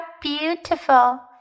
beautiful